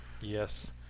Yes